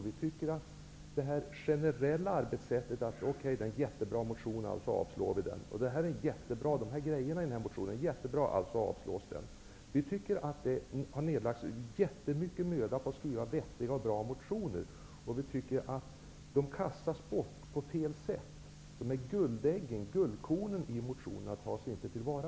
Vi tycker inte om det generella arbetssättet, där man säger: Det här är en jättebra motion, alltså avstyrker vi den. Det föreslås jättebra saker i motionen, alltså avstyrker vi den. Det har lagts ner jättemycket möda för att skriva vettiga och bra motioner. Vi tycker att de felaktigt kastas bort. Guldkornen i motionerna tas inte till vara.